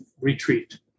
retreat